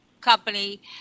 company